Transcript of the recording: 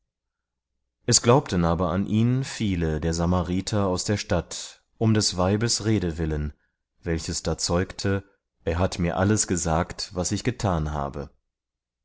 es glaubten aber an ihn viele der samariter aus der stadt um des weibes rede willen welches da zeugte er hat mir gesagt alles was ich getan habe